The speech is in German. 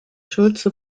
schulze